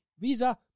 Visa